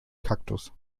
kaktus